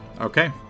Okay